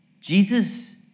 Jesus